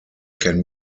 can